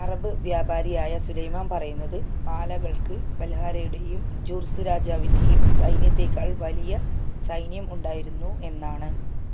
Arab വ്യാപാരിയായ Sulaiman പറയുന്നത് പാലാകൾക്ക് ബൽഹാരയുടെയും ജുർസ് രാജാവിൻ്റെയും സൈന്യത്തേക്കാൾ വലിയ സൈന്യം ഉണ്ടായിരുന്നു എന്നാണ്